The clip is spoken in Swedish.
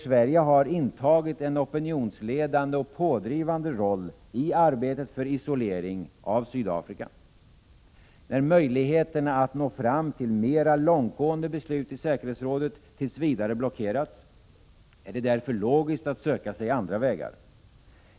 Sverige har intagit en opinionsledande och pådrivande roll i arbetet för isolering av Sydafrika. När möjligheterna att nå fram till mera långtgående beslut i säkerhetsrådet tills vidare har blockerats, är det därför logiskt att söka sig andra vägar.